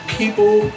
people